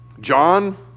John